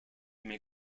may